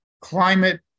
climate